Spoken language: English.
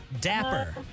Dapper